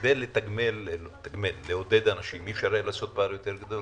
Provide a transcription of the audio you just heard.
כדי לעודד אנשים, אי אפשר לעשות פער יותר גדול?